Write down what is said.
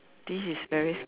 this is very s~